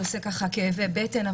זה עושה כאבי בטן,